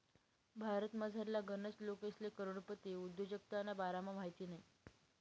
भारतमझारला गनच लोकेसले करोडपती उद्योजकताना बारामा माहित नयी